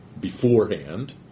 beforehand